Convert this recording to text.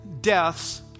deaths